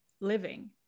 living